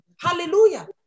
hallelujah